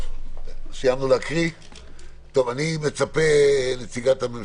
חייבים להביא לתשומת לב.